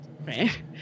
Right